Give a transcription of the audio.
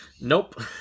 Nope